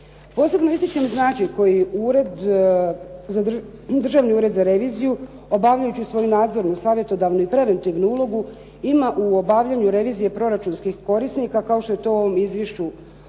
Posebno ističem način koji Državni ured za reviziju obavljajući svoju nadzornu i savjetodavnu i preventivnu ulogu ima u obavljanju revizije proračunskih korisnika kao što je to u ovom izvješću